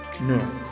No